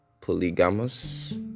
polygamous